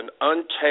untapped